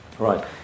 Right